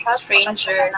stranger